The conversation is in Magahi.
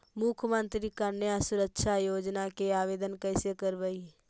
मुख्यमंत्री कन्या सुरक्षा योजना के आवेदन कैसे करबइ?